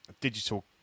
digital